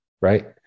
right